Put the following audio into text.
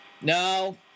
No